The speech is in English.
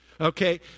Okay